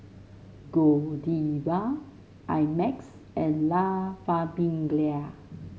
Godiva I Max and La Famiglia